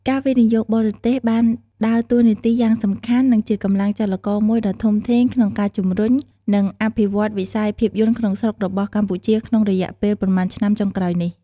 ការវិនិយោគបរទេសបានដើរតួនាទីយ៉ាងសំខាន់ និងជាកម្លាំងចលករមួយដ៏ធំធេងក្នុងការជំរុញ និងអភិវឌ្ឍវិស័យភាពយន្តក្នុងស្រុករបស់កម្ពុជាក្នុងរយៈពេលប៉ុន្មានឆ្នាំចុងក្រោយនេះ។